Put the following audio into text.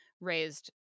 raised